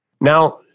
now